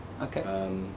Okay